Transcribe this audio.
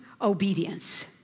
Obedience